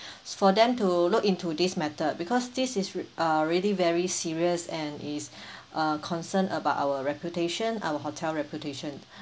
for them to look into this matter because this is re~ uh really very serious and is uh concerned about our reputation our hotel reputation